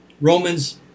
Romans